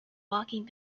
walking